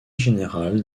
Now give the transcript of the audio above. générale